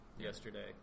Yesterday